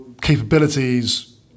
capabilities